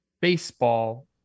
baseball